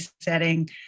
setting